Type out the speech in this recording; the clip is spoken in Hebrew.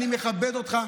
אני מכבד אותך,